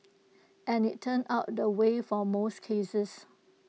and it's turned out the way for most cases